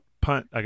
punt